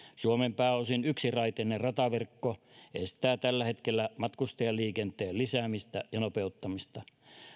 suomen pääosin yksiraiteinen rataverkko estää tällä hetkellä matkustajaliikenteen lisäämistä ja nopeuttamista